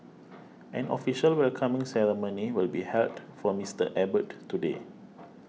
an official welcoming ceremony will be held for Mister Abbott today